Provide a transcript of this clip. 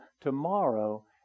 tomorrow